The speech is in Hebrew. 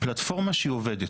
פלטפורמה שהיא עובדת.